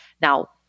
Now